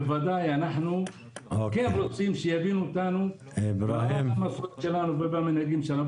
בוודאי אנחנו כן רוצים שיבינו אותנו עם המנהגים שלנו.